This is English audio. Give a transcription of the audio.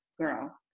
girl